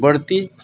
ᱵᱟᱹᱲᱛᱤ